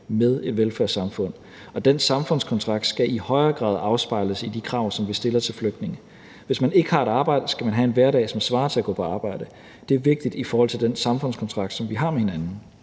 med et velfærdssamfund. Og den samfundskontrakt skal i højere grad afspejles i de krav, som vi stiller til flygtninge. Hvis man ikke har et arbejde, skal man have en hverdag, som svarer til at gå på arbejde. Det er vigtigt i forhold til den samfundskontrakt, som vi har med hinanden.